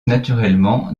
naturellement